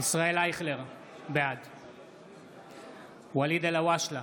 ישראל אייכלר, בעד ואליד אלהואשלה,